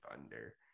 Thunder